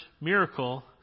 miracle